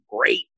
great